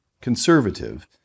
conservative